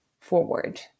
forward